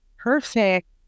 Perfect